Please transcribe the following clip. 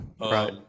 Right